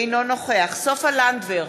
אינו נוכח סופה לנדבר,